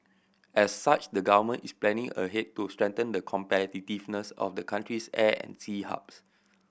as such the Government is planning ahead to strengthen the competitiveness of the country's air and sea hubs